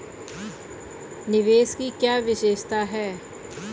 निवेश की क्या विशेषता है?